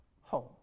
home